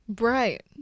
Right